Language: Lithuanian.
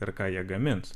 ir ką jie gamins